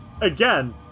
again